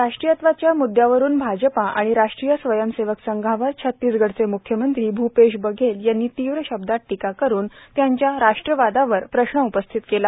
राष्ट्रीयत्वाच्या म्दयावरून भाजपा आणि राष्ट्रीय स्वयंसेवक संघावर छतिसगढचे म्ख्यमंत्री भूपेष बघेल यांनी तीव्र शब्दात टीका करून त्यांच्या राष्ट्रवादावर प्रश्न उपस्थित केला